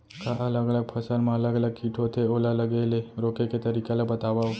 का अलग अलग फसल मा अलग अलग किट होथे, ओला लगे ले रोके के तरीका ला बतावव?